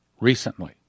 recently